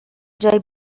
جای